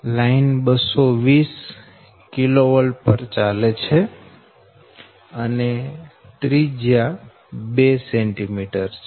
line 220 kV પર ચાલે છે અને ત્રિજ્યા 2 cm છે